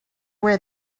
where